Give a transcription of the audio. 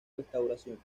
restauración